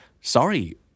Sorry